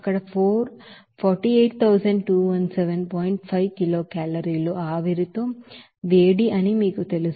5 kilocalorie లు ఆవిరితో వేడి అని మీకు తెలుసు